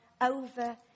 over